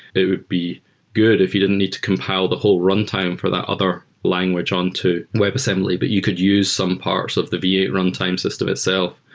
it would be good if you didn't need to compile the whole runtime for that other language on to webassembly, but you could use some parts of the v eight runtime system itself.